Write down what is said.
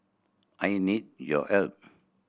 I need your help